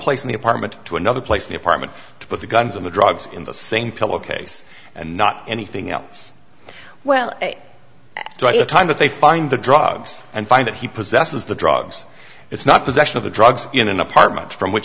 place in the apartment to another place the apartment to put the guns of the drugs in the same pillow case and not anything else well the time that they find the drugs and find that he possesses the drugs it's not possession of the drugs in an apartment from which